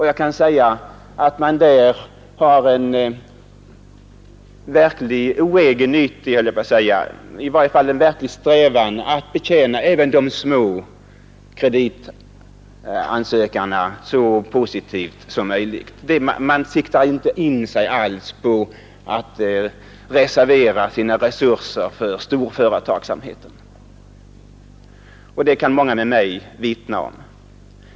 Jag kan säga att man där har en om inte helt oegennyttig så dock verklig strävan att betjäna även de små kreditsökarna så positivt som möjligt. Man siktar inte alls in sig på att reservera sina resurser för storföretagsamheten. Det kan många med mig vittna om.